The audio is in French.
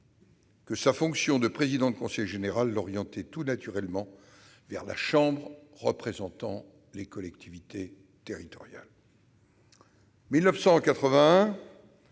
que sa fonction de président de conseil général l'orientait tout naturellement vers la chambre représentant les collectivités territoriales. En 1981,